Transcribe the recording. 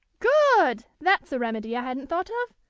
good! that's a remedy i hadn't thought of.